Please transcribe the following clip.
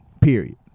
period